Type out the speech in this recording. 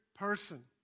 person